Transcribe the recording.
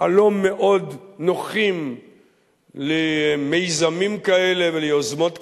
הלא-מאוד נוחים למיזמים כאלה וליוזמות כאלה,